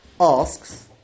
asks